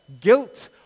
guilt